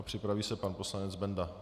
Připraví se pan poslanec Benda.